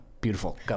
Beautiful